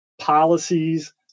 policies